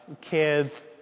kids